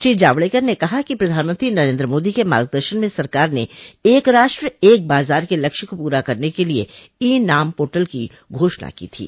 श्री जावडेकर ने कहा कि प्रधानमंत्री नरेन्द्र मोदी के मार्गदर्शन में सरकार ने एक राष्ट्र एक बाजार के लक्ष्य को पूरा करने के लिए ई नाम पोर्टल की घोषणा की थी